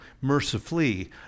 mercifully